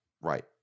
right